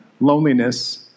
loneliness